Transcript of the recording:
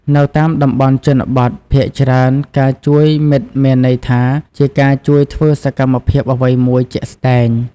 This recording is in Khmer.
នៅតាមតំបន់ជនបទ ភាគច្រើនការជួយមិត្តមានន័យថា ជាការជួយធ្វើសកម្មភាពអ្វីមួយជាក់ស្ដែង។